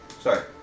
Sorry